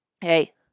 hey